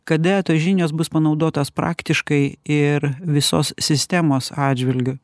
kada tos žinios bus panaudotos praktiškai ir visos sistemos atžvilgiu